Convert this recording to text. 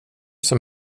som